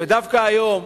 דווקא היום,